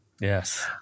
Yes